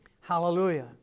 Hallelujah